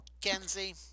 Kenzie